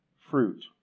fruit